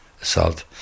Assault